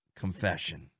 confession